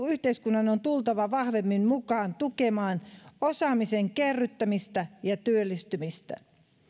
yhteiskunnan on tultava vahvemmin mukaan tukemaan osaamisen kerryttämistä ja työllistymistä